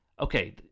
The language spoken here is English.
Okay